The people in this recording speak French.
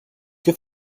que